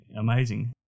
amazing